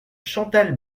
chantal